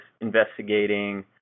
investigating